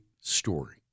story